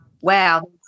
wow